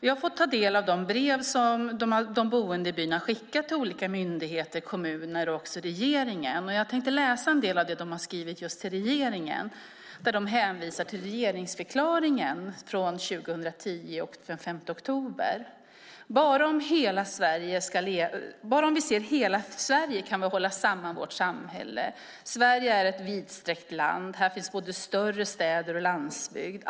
Jag har fått ta del av de brev som de boende i byn har skickat till olika myndigheter, kommuner och även till regeringen. Jag tänkte läsa en del av det de har skrivit just till regeringen där de hänvisar till regeringsförklaringen från den 5 oktober 2010: "Bara om vi ser hela Sverige kan vi hålla samman vårt samhälle. Sverige är ett vidsträckt land. Här finns både större städer och landsbygd.